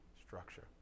structure